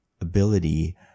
ability